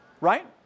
Right